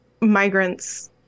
migrants